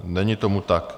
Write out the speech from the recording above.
Není tomu tak.